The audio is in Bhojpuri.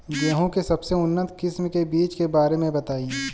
गेहूँ के सबसे उन्नत किस्म के बिज के बारे में बताई?